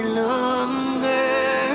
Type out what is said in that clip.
longer